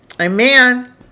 Amen